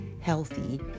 healthy